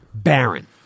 Baron